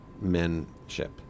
men-ship